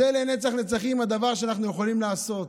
זה לנצח נצחים הדבר שאנחנו יכולים לעשות.